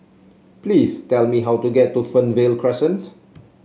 please tell me how to get to Fernvale Crescent